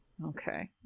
Okay